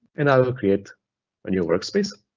and i'll create a new workspace,